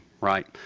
right